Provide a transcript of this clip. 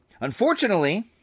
Unfortunately